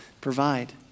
provide